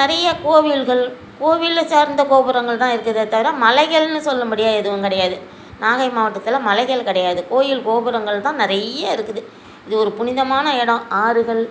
நிறைய கோவில்கள் கோவிலை சார்ந்த கோபுரங்கள் தான் இருக்குதே தவிர மலைகள்னு சொல்லும்படியாக எதுவும் கிடையாது நாகை மாவட்டத்தில் மலைகள் கிடையாது கோயில் கோபுரங்கள் தான் நிறைய இருக்குது இது ஒரு புனிதமான இடோம் ஆறுகள்